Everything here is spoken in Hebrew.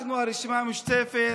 אנחנו הרשימה המשותפת,